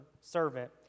servant